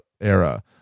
era